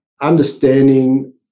understanding